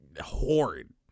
horrid